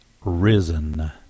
risen